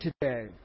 today